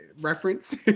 reference